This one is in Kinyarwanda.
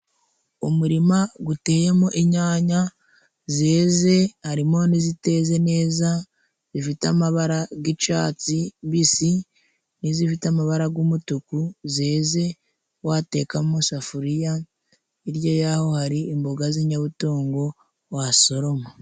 Umurima guteyemo inyanya zeze, harimo n'iziteze neza zifite amabara g'icatsi mbisi, n'izifite amabara g'umutuku zeze wateka mu safuriya, hirya y'aho hari imboga z'inyabutungo wasoroma.